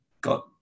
got